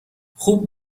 خوب